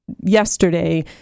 yesterday